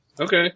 Okay